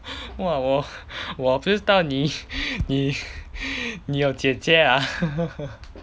!wah! 我我不知道你你你有姐姐啊